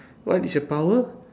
what is your power